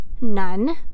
None